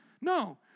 No